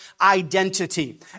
identity